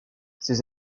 ses